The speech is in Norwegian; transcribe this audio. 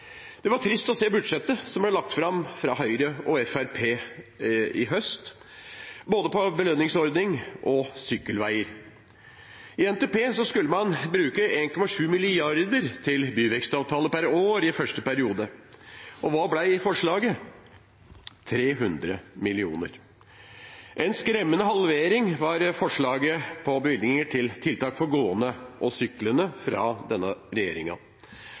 Det var trist å se budsjettet som ble lagt fram fra Høyre og Fremskrittspartiet i høst, både når det gjelder belønningsordning og sykkelveier. I NTP skulle man bruke 1,7 mrd. kr til byvekstavtaler per år i første periode. Og hva ble forslaget? Jo, 300 mill. kr. En skremmende halvering var forslaget til bevilgninger til tiltak for gående og syklende fra denne